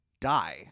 die